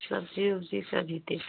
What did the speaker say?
सब्जी ओब्जी सभी दे दो